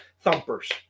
thumpers